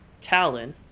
Talon